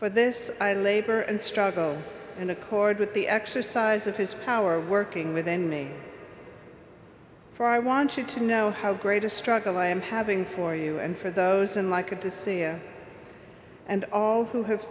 for this labor and struggle in accord with the exercise of his power working within me for i want you to know how great a struggle i am having for you and for those in like and to see and all who ha